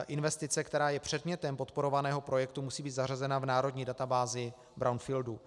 Investice, která je předmětem podporovaného projektu, musí být zařazena v národní databázi brownfieldů.